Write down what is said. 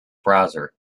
browser